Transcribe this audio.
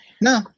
No